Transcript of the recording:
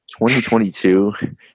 2022